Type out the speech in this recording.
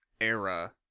era